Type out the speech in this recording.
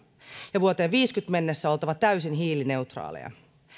ja vuoteen viidessäkymmenessä mennessä olla täysin hiilineutraaleja